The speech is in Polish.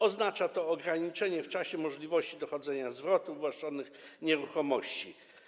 Oznacza to ograniczenie w czasie możliwości dochodzenia zwrotu wywłaszczonych nieruchomości.